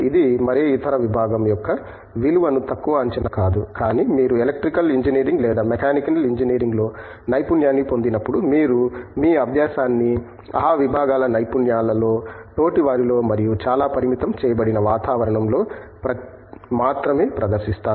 ఇది మరే ఇతర విబాగం యొక్క విలువను తక్కువ అంచనా వేయడం కాదు కానీ మీరు ఎలక్ట్రికల్ ఇంజనీరింగ్ లేదా మెకానికల్ ఇంజనీరింగ్లో నైపుణ్యాన్ని పొందినప్పుడు మీరు మీ అభ్యాసాన్ని ఆ విభాగాల నైపుణ్యాలలో తోటివారిలో మరియు చాలా పరిమితం చేయబడిన వాతావరణంలో మాత్రమే ప్రదర్శిస్తారు